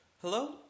Hello